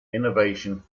innovation